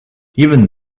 even